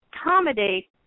accommodate